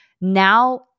Now